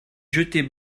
jetées